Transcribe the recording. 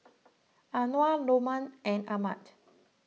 Anuar Lokman and Ahmad